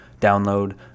download